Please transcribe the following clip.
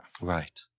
Right